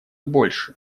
больше